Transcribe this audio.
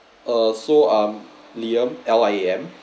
uh so um liam L I A M